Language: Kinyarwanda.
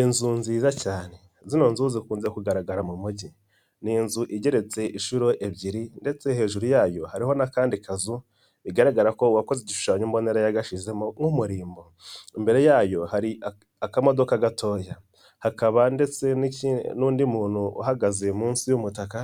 Inzu nziza cyane, zino nzu zikunze kugaragara mu mujyi ni inzu igeretse inshuro ebyiri ndetse hejuru yayo hari n'akandi kazu bigaragara ko uwakoze igishushanyo mbonera yagashize nk'umurimbo, imbere yayo hari akamodoka gatoya hakaba ndetse n'undi muntu uhagaze munsi y'umutaka